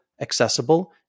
accessible